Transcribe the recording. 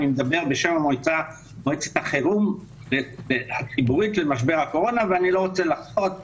אני מדבר בשם מועצת החירום הציבורית למשבר הקורונה ואני לא רוצה להרבות,